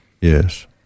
Yes